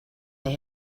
they